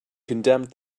condemned